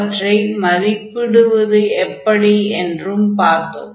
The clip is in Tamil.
அவற்றை மதிப்பிடுவது எப்படி என்றும் பார்த்தோம்